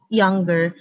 younger